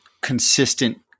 consistent